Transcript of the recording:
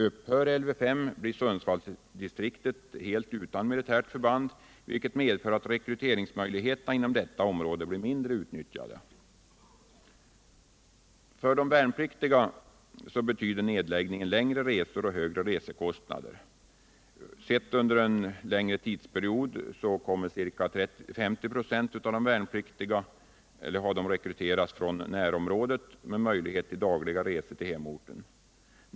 Upphör Lv 5 blir Sundsvallsdistriktet utan militärt förband, vilket medför att rekryteringsmöjligheterna inom detta område blir mindre utnyttjade. För de värnpliktiga betyder nedläggningen längre resor och högre resekostnader. Sett under en längre tidsperiod rekryteras ca 50 96 av de värnpliktiga direkt från närområdet med möjlighet till dagliga resor till hemorten.